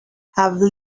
have